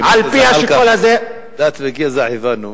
חבר הכנסת זחאלקה, דת וגזע הבנו.